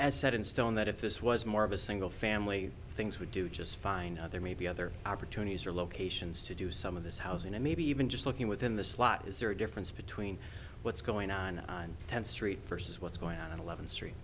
as set in stone that if this was more of a single family things would do just fine there may be other opportunities or locations to do some of this housing and maybe even just looking within the slot is there a difference between what's going on on tenth street versus what's going on eleven street